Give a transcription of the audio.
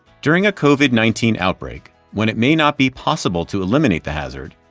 during a covid nineteen outbreak, when it may not be possible to eliminate the hazard,